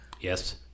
Yes